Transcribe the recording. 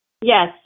Yes